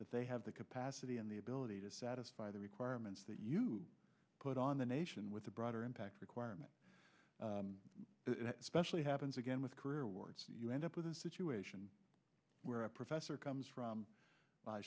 that they have the capacity and the ability to satisfy the requirements that you put on the nation with the broader impact requirement especially happens again with career wards you end up with a situation where a professor comes from